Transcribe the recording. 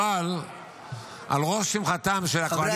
אבל על הראש של הקואליציה --- חברי